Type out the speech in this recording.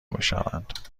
بشوند